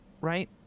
right